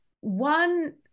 One